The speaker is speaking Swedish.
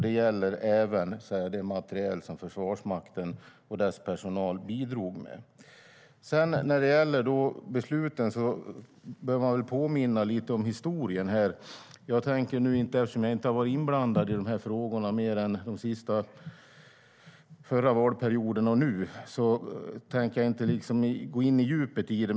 Det gäller även färdig materiel som Försvarsmakten och dess personal bidrog med. När det gäller besluten bör man påminna lite om historien. Jag har inte varit inblandad i dessa frågor mer än under den förra valperioden, och nu tänker jag inte gå in i det på djupet.